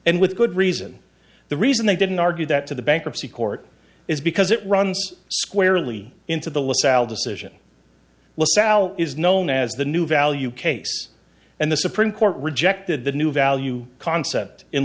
and with good reason the reason they didn't argue that to the bankruptcy court is because it runs squarely into the lasalle decision lets out is known as the new value case and the supreme court rejected the new value concept